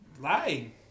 lying